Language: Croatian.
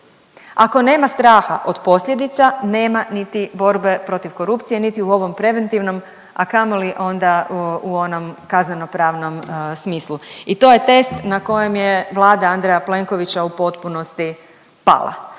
Ako nema straha od posljedica, nema niti borbe protiv korupcije niti u ovom preventivnom, a kamoli onda u onom kaznenopravnom smislu i to je test na kojem je Vlada Andreja Plenkovića u potpunosti pala.